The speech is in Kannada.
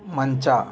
ಮಂಚ